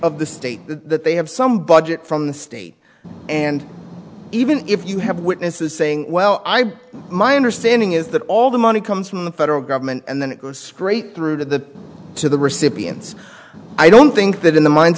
of the state that they have some budget from the state and even if you have witnesses saying well i'm my understanding is that all the money comes from the federal government and then it goes straight through to the to the recipients i don't think that in the minds